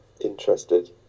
interested